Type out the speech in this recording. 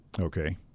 Okay